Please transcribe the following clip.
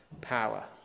power